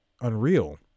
Unreal